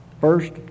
First